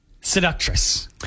seductress